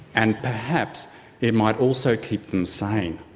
and perhaps it might also keep them sane.